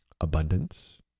abundance